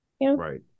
Right